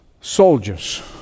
soldiers